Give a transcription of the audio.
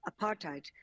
apartheid